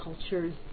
cultures